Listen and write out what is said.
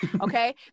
okay